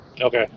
Okay